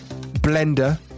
blender